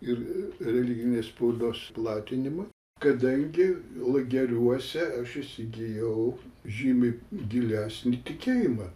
ir religinės spaudos platinimui kadangi lageriuose aš įsigijau žymiai gilesnį tikėjimą